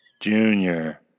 Junior